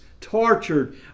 tortured